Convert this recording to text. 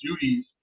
duties